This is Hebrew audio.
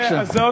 בבקשה.